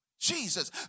Jesus